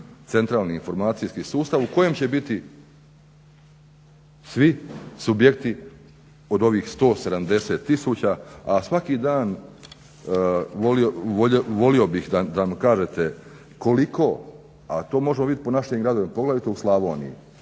centralni informacijski sustav u kojem će biti svi subjekti od ovih 170 tisuća a svaki dan volio bih da mi kažete koliko a to možemo vidjeti po našim gradovima poglavito u Slavoniji